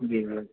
جی جی